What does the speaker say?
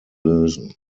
lösen